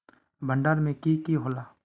भण्डारण में की की होला?